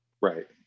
Right